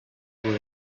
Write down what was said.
igloo